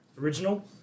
original